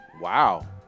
Wow